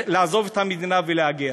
לעזוב את המדינה ולהגר.